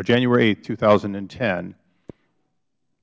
or januaryh two thousand and ten